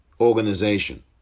organization